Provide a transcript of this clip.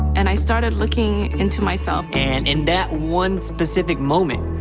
and i started looking into myself. and in that one specific moment,